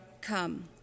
come